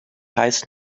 heißt